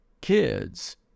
kids